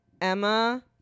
emma